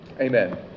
Amen